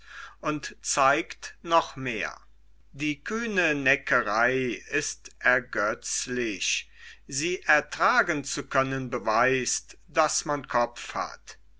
und zeigt noch mehr die kühne neckerei ist ergötzlich sie ertragen zu können beweist daß man kopf hat